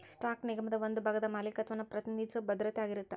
stock ನಿಗಮದ ಒಂದ ಭಾಗದ ಮಾಲೇಕತ್ವನ ಪ್ರತಿನಿಧಿಸೊ ಭದ್ರತೆ ಆಗಿರತ್ತ